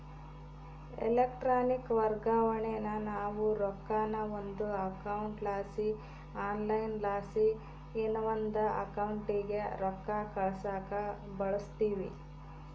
electronic ವರ್ಗಾವಣೇನಾ ನಾವು ರೊಕ್ಕಾನ ಒಂದು ಅಕೌಂಟ್ಲಾಸಿ ಆನ್ಲೈನ್ಲಾಸಿ ಇನವಂದ್ ಅಕೌಂಟಿಗೆ ರೊಕ್ಕ ಕಳ್ಸಾಕ ಬಳುಸ್ತೀವಿ